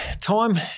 time